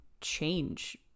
change